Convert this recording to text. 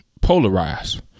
polarized